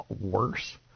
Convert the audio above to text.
worse